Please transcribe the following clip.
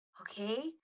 Okay